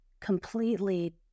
completely